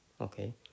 okay